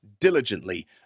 diligently